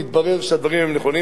והתברר שהדברים הם נכונים.